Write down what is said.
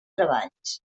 treballs